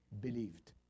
believed